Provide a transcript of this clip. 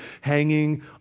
hanging